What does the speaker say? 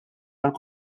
għall